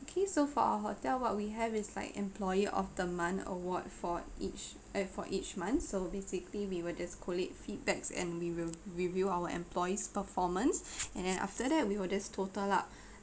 okay so for our hotel what we have is like employee of the month award for each eh for each month so basically we will just collate feedbacks and we will review our employees' performance and then after that we will just total up